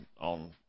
on